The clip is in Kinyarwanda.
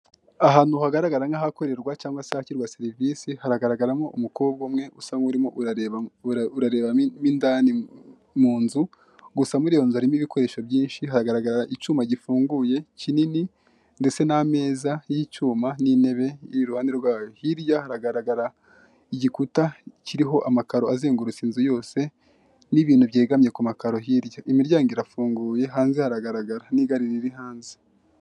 Ahantu hagaragara nk'ahakorerwa cyangwa se ahashyirwa serivisi, haragaragaramo umukobwa umwe usa n'urimo urareba mo indani mu nzu, gusa muri iyo nzu harimo ibikoresho byinshi, haragaragara icyuma gifunguye, kinini ndetse n'ameza y'icyuma n'intebe iruhande rwayo. Hirya haragaragara igikuta kiriho amakaro azengurutse inzu yose n'ibintu byegamye ku makaro hirya. Imiryango irafunguye, hanze haragaragara n'igare riri hanze.